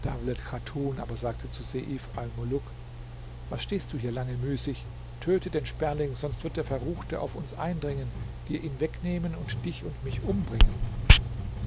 dawlet chatun aber sagte zu seif almuluk was stehst du hier lange müßig töte den sperling sonst wird der verruchte auf uns eindringen dir ihn wegnehmen und dich und mich umbringen